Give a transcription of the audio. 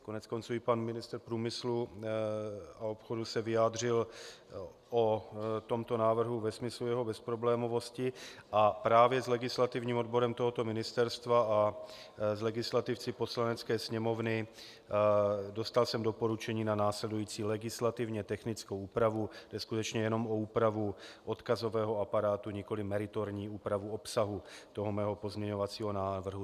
Koneckonců i pan ministr průmyslu a obchodu se vyjádřil o tomto návrhu ve smyslu jeho bezproblémovosti a právě s legislativním odborem tohoto ministerstva a s legislativci Poslanecké sněmovny jsem dostal doporučení na následující legislativně technickou úpravu, jde skutečně jenom o úpravu odkazového aparátu, nikoliv meritorní úpravu obsahu mého pozměňovacího návrhu.